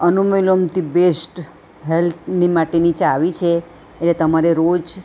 anulom Vilom the best હેલ્થની માટેની ચાવી છે એટલે તમારે રોજ